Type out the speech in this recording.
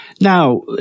Now